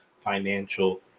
financial